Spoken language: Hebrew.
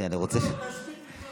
תסביר מה רצית להגיד ואני אענה.